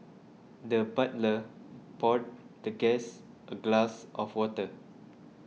the butler poured the guest a glass of water